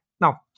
Now